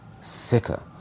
sicker